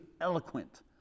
eloquent